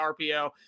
RPO